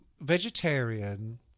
vegetarian